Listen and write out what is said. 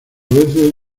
veces